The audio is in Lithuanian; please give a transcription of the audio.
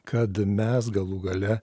kad mes galų gale